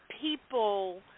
people